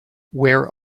where